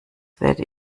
werde